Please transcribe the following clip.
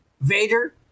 Vader